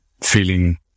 feeling